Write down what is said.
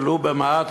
ולו במעט,